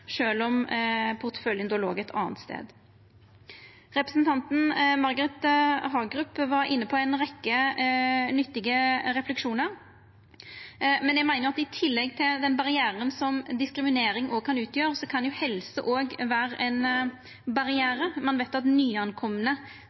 om porteføljen då låg ein annan stad. Representanten Margret Hagerup var inne på ei rekkje nyttige refleksjonar, men eg meiner at i tillegg til den barrieren som diskriminering kan utgjera, kan helse òg vera ein barriere. Ein veit at